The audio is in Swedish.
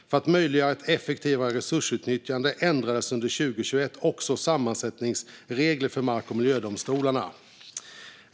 För att möjliggöra ett effektivare resursutnyttjande ändrades under 2021 också sammansättningsregler för mark och miljödomstolarna.